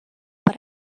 but